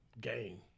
game